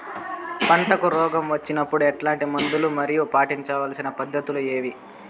పంటకు రోగం వచ్చినప్పుడు ఎట్లాంటి మందులు మరియు పాటించాల్సిన పద్ధతులు ఏవి?